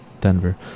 Denver